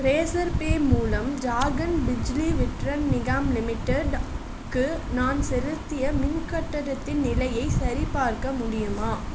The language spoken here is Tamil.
ரேசர் பே மூலம் ஜார்க்கண்ட் பிஜ்லி விட்ரன் நிகாம் லிமிடெட்க்கு நான் செலுத்திய மின் கட்டணத்தின் நிலையைச் சரிபார்க்க முடியுமா